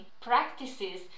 practices